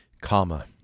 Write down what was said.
comma